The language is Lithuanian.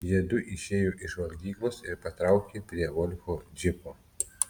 jiedu išėjo iš valgyklos ir patraukė prie volfo džipo